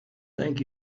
thank